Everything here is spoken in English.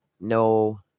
No